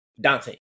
Dante